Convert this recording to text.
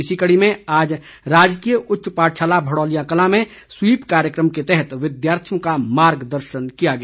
इसी कड़ी में आज राजकीय उच्च पाठशाला भड़ौलियां कलां में स्वीप कार्यक्रम के तहत विद्यार्थियों का मार्गदर्शन किया गया